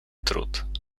trud